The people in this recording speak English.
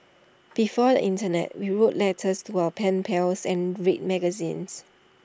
before the Internet we wrote letters to our pen pals and read magazines